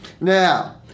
Now